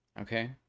okay